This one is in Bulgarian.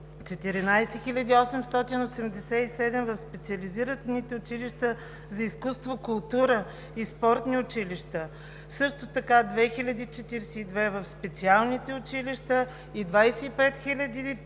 14 887 в специализираните училища за изкуство, култура и спортни училища, 2042 деца в специалните училища и 25